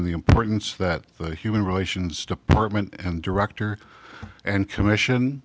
and the importance that the human relations department and director and commission